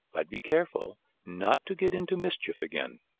but be careful not to get into mischief again.